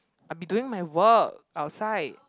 I've been doing my work outside